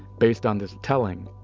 based on this telling,